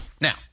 now